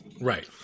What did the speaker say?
Right